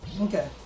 Okay